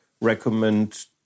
recommend